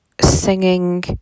singing